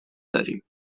داریم